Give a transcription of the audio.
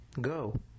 Go